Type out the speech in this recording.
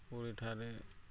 ପୁରୀଠାରେ